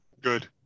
Good